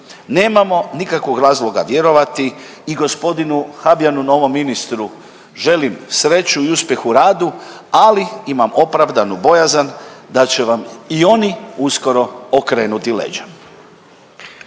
Nemamo nikakvog razloga vjerovati i gospodinu Habijanu novom ministru želim sreću i uspjeh u radu, ali imam opravdanu bojazan da će vam i oni uskoro okrenuti leđa.